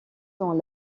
dans